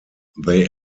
they